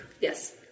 Yes